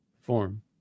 form